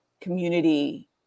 community